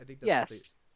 Yes